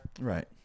Right